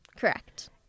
Correct